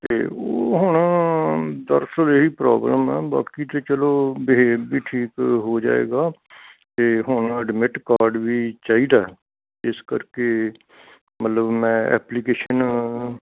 ਅਤੇ ਉਹ ਹੁਣ ਦਰਅਸਲ ਇਹੀ ਪ੍ਰੋਬਲਮ ਆ ਬਾਕੀ ਤਾਂ ਚਲੋ ਬੀਹੇਵ ਵੀ ਠੀਕ ਹੋ ਜਾਏਗਾ ਅਤੇ ਹੁਣ ਐਡਮਿਟ ਕਾਰਡ ਵੀ ਚਾਹੀਦਾ ਇਸ ਕਰਕੇ ਮਤਲਬ ਮੈਂ ਐਪਲੀਕੇਸ਼ਨ